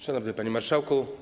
Szanowny Panie Marszałku!